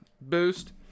boost